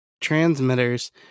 Transmitters